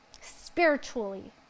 spiritually